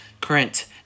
current